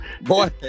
boy